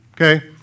Okay